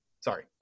Sorry